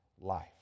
life